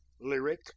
lyric